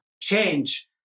change